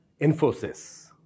Infosys